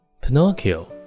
Pinocchio